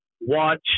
watch